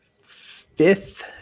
fifth